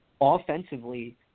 offensively